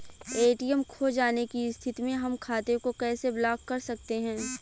ATM खो जाने की स्थिति में हम खाते को कैसे ब्लॉक कर सकते हैं?